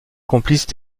complices